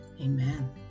amen